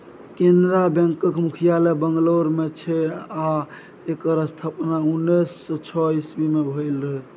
कैनरा बैकक मुख्यालय बंगलौर मे छै आ एकर स्थापना उन्नैस सँ छइ मे भेल रहय